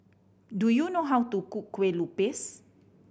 do you know how to cook Kueh Lupis